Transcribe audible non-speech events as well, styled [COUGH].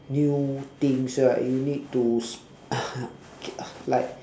new things right you need to [LAUGHS] like